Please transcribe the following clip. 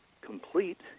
complete